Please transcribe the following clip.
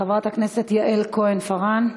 חברת הכנסת יעל כהן-פארן,